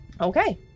Okay